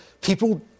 people